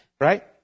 Right